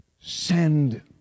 Send